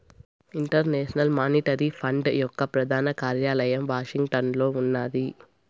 international monetary fund యొక్క ప్రధాన కార్యాలయం వాషింగ్టన్లో ఉన్నాది